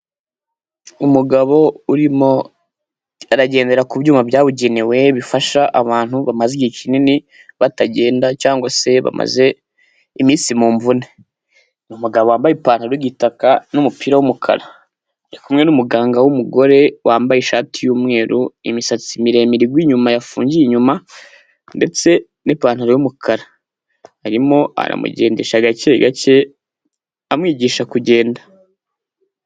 Umugabo urimo aragendera ku byuma byabugenewe, bifasha abantu bamaze igihe kinini batagenda cyangwa se bamaze iminsi mu mvune. Ni umugabo wambaye ipantaro y'igitaka n'umupira w'umukara. Ari kumwe n'umuganga w'umugore wambaye ishati y'umweru, imisatsi miremire igwa inyuma yafungiye inyuma, ndetse n'ipantaro y'umukara. Arimo aramugendesha gake gake, amwigisha kugenda.